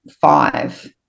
five